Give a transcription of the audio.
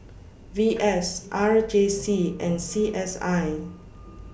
V S R J C and C S I